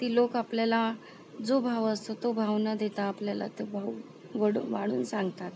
ती लोक आपल्याला जो भाव असतो तो भाव न देता आपल्याला तो भाव वढू वाढवून सांगतात